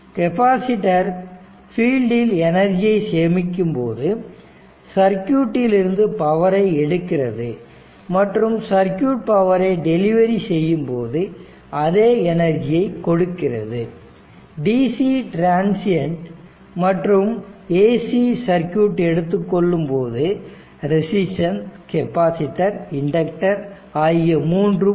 capacitor ஃபீல்டில் எனர்ஜியை சேமிக்கும்போது சர்க்யூட் இலிருந்து பவரை எடுக்கிறது மற்றும் சர்க்யூட் பவரை டெலிவரி செய்யும் போது அதே எனர்ஜியைக் கொடுக்கிறது dc டிரன்சியண்ட் மற்றும் ac சர்க்யூட் எடுத்துக்கொள்ளும்போது ரெசிஸ்டன்ஸ் கெப்பாசிட்டர் இண்டக்டர் ஆகிய மூன்றும் வரும்